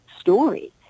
story